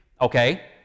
Okay